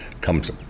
comes